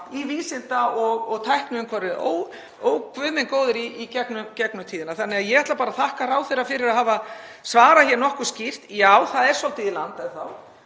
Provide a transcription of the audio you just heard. í vísinda- og tækniumhverfi, guð minn góður, í gegnum tíðina. Þannig að ég ætla bara að þakka ráðherra fyrir að hafa svarað hér nokkuð skýrt. Já, það er svolítið í land enn þá.